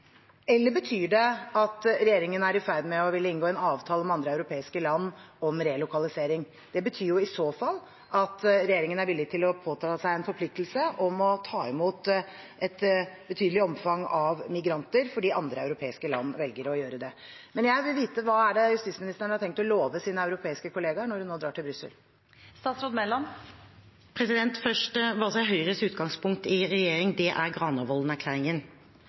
Eller betyr det at regjeringen er i ferd med å ville inngå en avtale med andre europeiske land om relokalisering? Det betyr i så fall at regjeringen er villig til å påta seg en forpliktelse om å ta imot et betydelig omfang av migranter fordi andre europeiske land velger å gjøre det. Jeg vil vite hva justisministeren har tenkt å love sine europeiske kollegaer når hun nå drar til Brussel. Først: Det som er Høyres utgangspunkt i regjering, er Granavolden-plattformen. Den plattformen sto fire parti bak. Det er